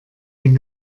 den